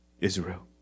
Israel